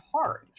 hard